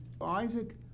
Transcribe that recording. Isaac